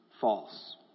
false